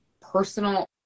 personal